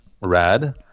red